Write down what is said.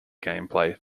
gameplay